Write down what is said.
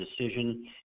decision